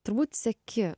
turbūt seki